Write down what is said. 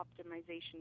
optimization